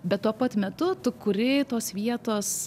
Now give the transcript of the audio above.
bet tuo pat metu tu kuri tos vietos